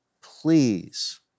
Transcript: please